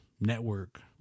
network